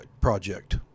project